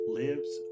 lives